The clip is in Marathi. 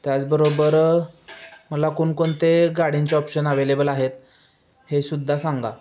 त्याचबरोबर मला कोणकोणते गाड्यांचे ऑप्शन अवेलेबल आहेत हे सुद्धा सांगा